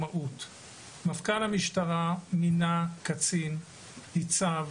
ביקש מהמנכ"ל להרחיב את הבדיקה של ניצב